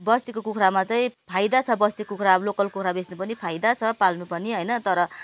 बस्तीको कुखुरामा चाहिँ फाइदा छ बस्ती कुखुरा लोकल कुखुरा बेच्नु पनि फाइदा छ पाल्नु पनि होइन तर